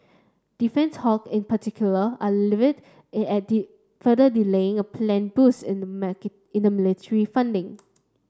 defence hawk in particular are livid further delaying a planned boost in the in the military funding